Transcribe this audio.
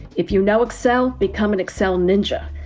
if you know excel, become an excel ninja.